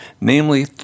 namely